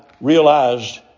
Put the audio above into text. realized